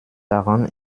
daran